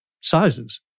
sizes